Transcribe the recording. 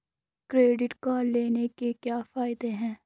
Credit card लेने के क्या फायदे हैं?